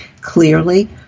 Clearly